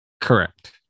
Correct